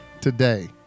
Today